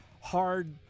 hard